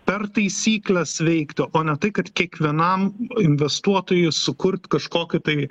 per taisykles veikti o ne tai kad kiekvienam investuotojui sukurt kažkokį tai